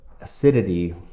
acidity